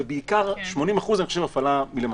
ובעיקר 80% הפעלה מלמטה.